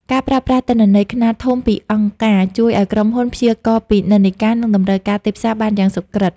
ការប្រើប្រាស់ទិន្នន័យខ្នាតធំពីអង្គការ ជួយឱ្យក្រុមហ៊ុនព្យាករណ៍ពីនិន្នាការ និងតម្រូវការទីផ្សារបានយ៉ាងសុក្រឹត។